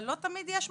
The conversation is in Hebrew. אבל לא תמיד יש,